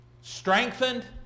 strengthened